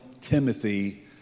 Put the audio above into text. Timothy